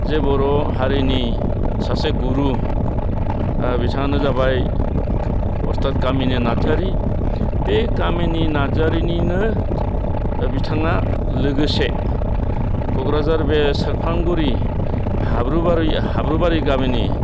जे बर' हारिनि सासे गुरु बिथाङानो जाबाय अस्थाद कामिनि नार्जारी बे कामिनि नार्जारीनिनो बिथाङा लोगोसे क'क्राझार बे सेरफांगुरि हाब्रुबारि हाब्रुबारि गामिनि